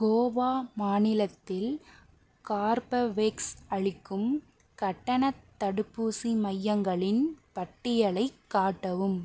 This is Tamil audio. கோவா மாநிலத்தில் கார்பவேக்ஸ் அளிக்கும் கட்டணத் தடுப்பூசி மையங்களின் பட்டியலைக் காட்டவும்